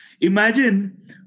Imagine